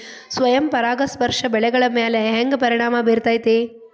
ಸ್ವಯಂ ಪರಾಗಸ್ಪರ್ಶ ಬೆಳೆಗಳ ಮ್ಯಾಲ ಹ್ಯಾಂಗ ಪರಿಣಾಮ ಬಿರ್ತೈತ್ರಿ?